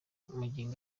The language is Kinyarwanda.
magingo